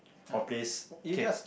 or place okay